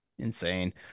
Insane